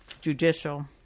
judicial